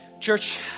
Church